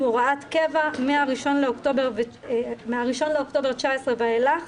הוראת קבע מה-1 לאוקטובר 2019 ואילך,